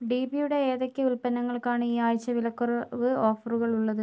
D P യുടെ ഏതൊക്കെ ഉൽപ്പന്നങ്ങൾക്കാണ് ഈ ആഴ്ച വിലക്കുറവ് ഓഫറുകൾ ഉള്ളത്